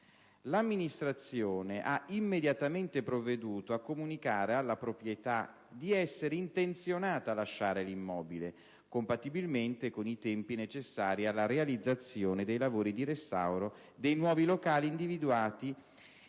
L'amministrazione ha immediatamente provveduto a comunicare alla proprietà di essere intenzionata a lasciare l'immobile, compatibilmente con i tempi necessari alla realizzazione dei lavori di restauro dei nuovi locali, individuati